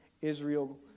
Israel